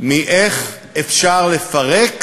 מאיך אפשר לפרק